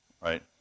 Right